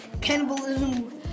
Cannibalism